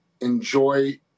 enjoy